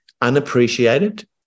Unappreciated